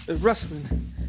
rustling